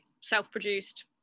self-produced